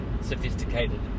sophisticated